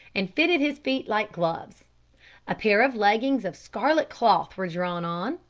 and fitted his feet like gloves a pair of leggings of scarlet cloth were drawn on,